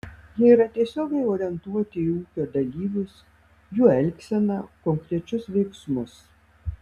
jie yra tiesiogiai orientuoti į ūkio dalyvius jų elgseną konkrečius veiksmus